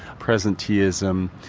presenteeism,